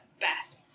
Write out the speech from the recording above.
best